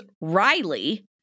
Riley